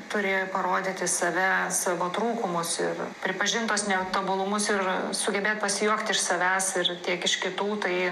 turi parodyti save savo trūkumus ir pripažint tuos netobulumus ir sugebėt pasijuokt iš savęs ir tiek iš kitų tai